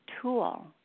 tool